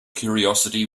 curiosity